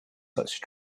such